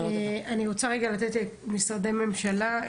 אני רוצה לתת את זכות הדיבור למשרדי הממשלה.